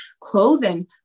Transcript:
clothing